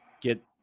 get